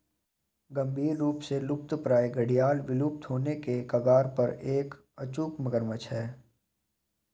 गंभीर रूप से लुप्तप्राय घड़ियाल विलुप्त होने के कगार पर एक अचूक मगरमच्छ है